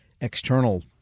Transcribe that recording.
external